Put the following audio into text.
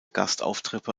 gastauftritte